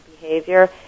behavior